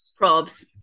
Rob's